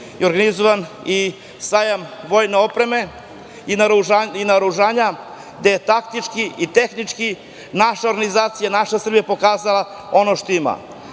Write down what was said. organizovan i Sajam vojne opreme i naoružanja, gde je taktički i tehnički naša organizacija, naša Srbija pokazala ono što